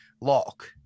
lock